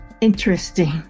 interesting